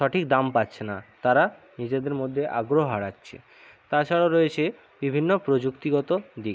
সঠিক দাম পাচ্ছে না তারা নিজেদের মধ্যে আগ্রহ হারাচ্ছে তাছাড়াও রয়েছে বিভিন্ন প্রযুক্তিগত দিক